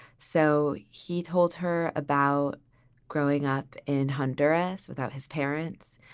so he told her about growing up in honduras without his parents.